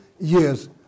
years